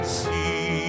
see